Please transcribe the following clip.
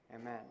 Amen